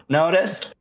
noticed